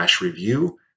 review